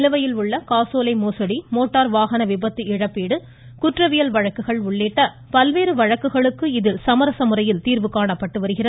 நிலுவையிலுள்ள காசோலை மோசடி மோட்டார் வாகன விபத்து இழப்பீடு குற்றவியல் வழக்குகள் உள்ளிட்ட பல்வேறு வழக்குகளுக்கு இதில் சமரச முறையில் தீர்வு காணப்பட்டு வருகிறது